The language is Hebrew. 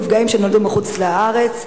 נפגעים שנולדו מחוץ לישראל),